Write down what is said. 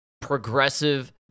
progressive